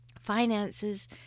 finances